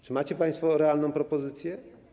Czy macie państwo realną propozycję?